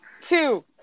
two